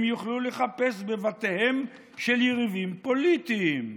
הם יוכלו לחפש בבתיהם של יריבים פוליטיים.